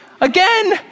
Again